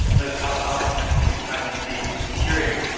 those costs often have to do with privacy and security.